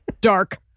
Dark